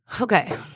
Okay